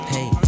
Hey